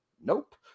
nope